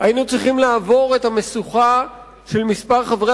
היינו צריכים לעבור את המשוכה של מספר חברי